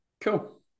cool